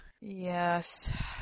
Yes